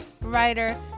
writer